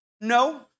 No